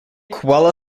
kuala